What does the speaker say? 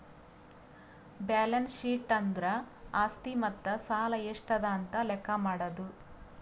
balance sheet ಅಂದುರ್ ಆಸ್ತಿ ಮತ್ತ ಸಾಲ ಎಷ್ಟ ಅದಾ ಅಂತ್ ಲೆಕ್ಕಾ ಮಾಡದು